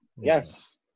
Yes